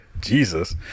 Jesus